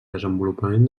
desenvolupament